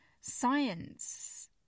science